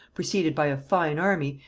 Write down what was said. preceded by a fine army,